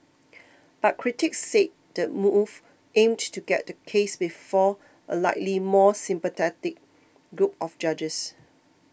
but critics said the move aimed to get the case before a likely more sympathetic group of judges